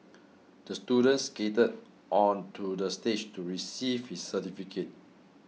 the student skated onto the stage to receive his certificate